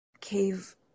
cave